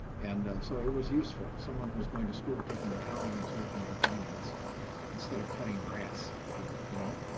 and so it was useful. someone who's going to school taking accounting was working in finance instead of cutting grass. you know?